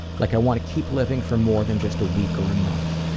like i want to keep living for more than just a week or a month.